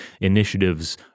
initiatives